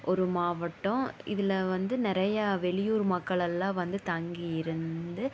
ஒரு மாவட்டம் இதில் வந்து நிறையா வெளியூர் மக்களெல்லாம் வந்து தங்கி இருந்து